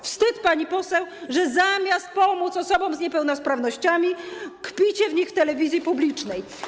Wstyd, pani poseł, że zamiast pomóc osobom z niepełnosprawnościami, kpicie z nich w telewizji publicznej.